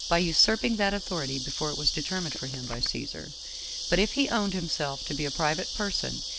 by usurping that authority before it was determined for him by caesar but if he owned himself to be a private person,